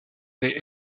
des